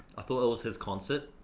i thought it was his concert?